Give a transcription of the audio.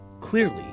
clearly